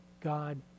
God